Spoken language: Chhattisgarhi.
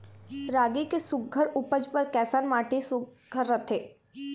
रागी के सुघ्घर उपज बर कैसन माटी सुघ्घर रथे?